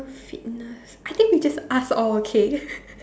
fitness I think we just ask all okay